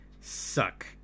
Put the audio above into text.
suck